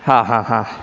हां हां हां